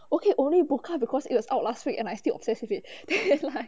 okay only boca because it was out last week and I still obsessed with it then like